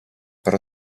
per